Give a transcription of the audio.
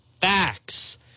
facts